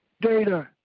data